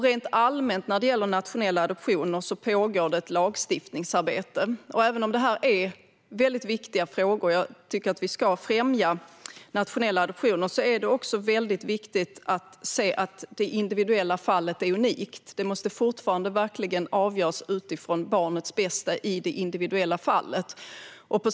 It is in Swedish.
Rent allmänt när det gäller nationella adoptioner pågår det ett lagstiftningsarbete, och även om detta är väldigt viktiga frågor och även om jag tycker att vi ska främja nationella adoptioner är det viktigt att se att det individuella fallet är unikt. Man måste fortfarande verkligen avgöra utifrån barnets bästa i det individuella fallet.